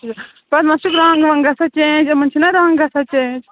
پَتہٕ ما چھُ رنٛگ وَنٛگ گژھان چینٛج یِمَن چھُنا رَنٛگ گژھان چینٛج